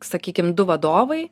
sakykim du vadovai